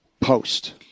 post